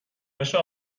بشه